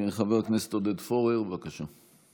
חבר הכנסת עודד פורר, בבקשה.